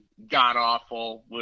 god-awful